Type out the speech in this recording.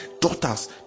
daughters